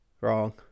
Wrong